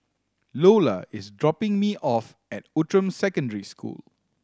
Loula is dropping me off at Outram Secondary School